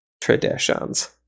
traditions